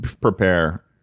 prepare